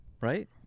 right